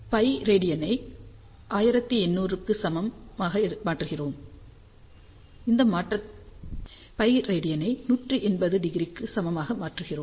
π ரேடியனை 1800 க்கு சமமாக மாற்றுகிறோம்